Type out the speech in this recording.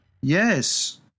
Yes